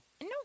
No